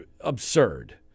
absurd